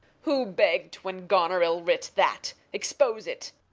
who begg'd when goneril writ that? expose it.